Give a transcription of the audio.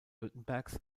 württembergs